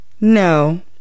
No